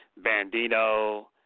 Bandino